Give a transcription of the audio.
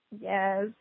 Yes